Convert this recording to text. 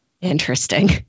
Interesting